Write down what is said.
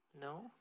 No